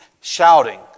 shouting